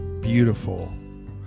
beautiful